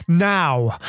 Now